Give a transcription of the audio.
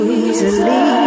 easily